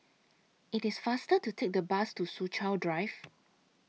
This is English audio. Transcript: IT IS faster to Take The Bus to Soo Chow Drive